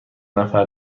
نفر